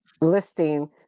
listing